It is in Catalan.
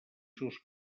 seus